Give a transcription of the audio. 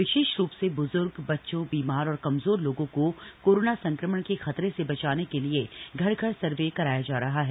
विशेष रूप से ब्जूर्ग बच्चों बीमार और कमजोर लोगों को कोरोना संक्रमण के खतरे से बचाने के लिए घर घर सर्वे कराया जा रहा है